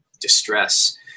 distress